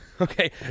Okay